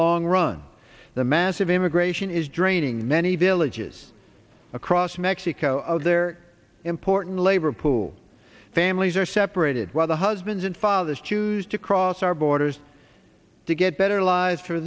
long run the massive immigration is draining many villages across mexico of their important labor pool families are separated while the husbands and fathers choose to cross our borders to get better lives for